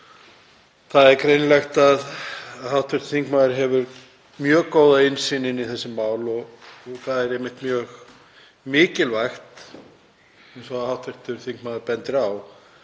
Það er greinilegt að hv. þingmaður hefur mjög góða innsýn inn í þessi mál og það er einmitt mjög mikilvægt, eins og hv. þingmaður bendir á,